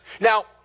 Now